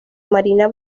marina